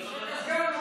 פינדרוס,